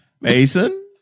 Mason